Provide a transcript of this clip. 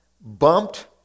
bumped